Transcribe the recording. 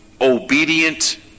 obedient